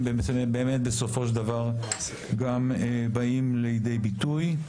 באמת בסופו של דבר גם באים לידי ביטוי.